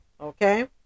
Okay